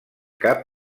cap